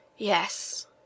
Yes